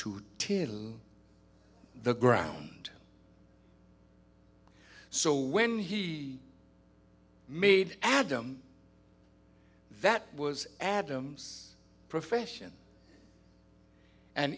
till the ground so when he made adam that was adam's profession and